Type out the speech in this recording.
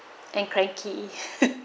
and cranky